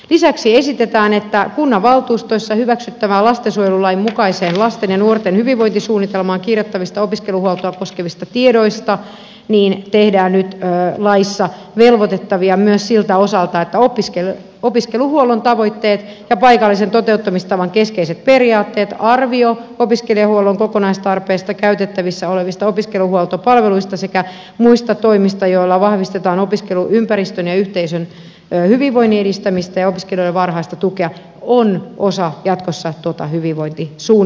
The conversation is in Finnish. lisäksi esitetään että kunnanvaltuustoissa hyväksyttävään lastensuojelulain mukaiseen lasten ja nuorten hyvinvointisuunnitelmaan kirjattavista opiskeluhuoltoa koskevista tiedoista tehdään nyt laissa velvoitettavia myös siltä osalta että opiskeluhuollon tavoitteet ja paikallisen toteuttamistavan keskeiset periaatteet arvio opiskelijahuollon kokonaistarpeesta ja käytettävissä olevista opiskeluhuoltopalveluista sekä muut toimet joilla vahvistetaan opiskeluympäristön ja yhteisön hyvinvoinnin edistämistä ja opiskelijoiden varhaista tukea ovat jatkossa osa tuota hyvinvointisuunnitelmaa